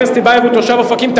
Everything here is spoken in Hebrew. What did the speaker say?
חבר הכנסת טיבייב הוא תושב אופקים.